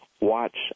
watch